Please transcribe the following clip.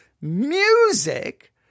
Music